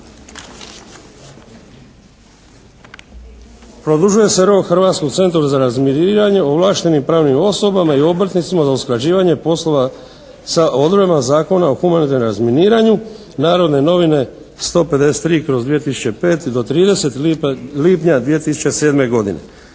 produžuje se rok Hrvatskom centru za razminiranje, ovlaštenim pravnim osobama i obrtnicima na usklađivanje poslova sa odredbama zakona o humanitarnom razminiranju "Narodne novine" 153/2005. do 30. lipnja 2007. godine.